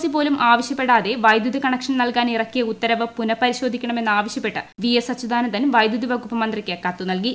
C പോലും ആവശ്യപ്പെടാതെ വൈദ്യുത കണക്ഷൻ നൽകാൻ ഇറക്കിയ ഉത്തരവ് പുനഃപരിശോധിക്കണ മെന്നാവശ്യപ്പെട്ട് വിഎസ് അച്യുതാനന്ദൻ വൈദ്യുതി വകുപ്പ് മന്ത്രിക്ക് കത്ത് നൽകി